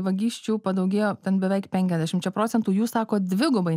vagysčių padaugėjo ten beveik penkiasdešimčia procentų jūs sakot dvigubai